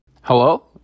Hello